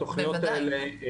אז התוכניות האלה,